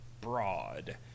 broad